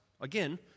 Again